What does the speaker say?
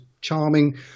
charming